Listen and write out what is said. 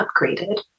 upgraded